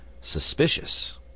suspicious